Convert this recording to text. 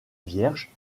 vierge